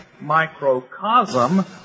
microcosm